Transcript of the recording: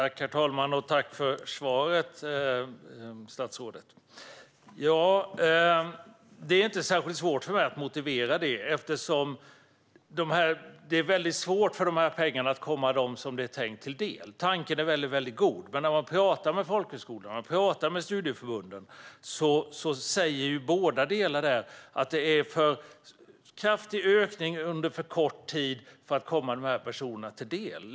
Herr talman! Tack för svaret, statsrådet! Det är inte särskilt svårt för mig att motivera det. Det är nämligen svårt att få de här pengarna att komma dem som de är tänkta för till del. Tanken är väldigt god. Men folkhögskolorna och studieförbunden säger att det är en för kraftig ökning under för kort tid för att det ska komma de här personerna till del.